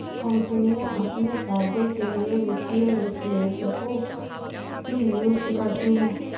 कम्पनियाँ अपने फायदे के लिए वित्तीय विश्लेषकों की नियुक्ति करती हैं